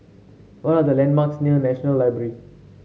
what are the landmarks near National Library